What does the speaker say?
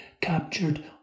captured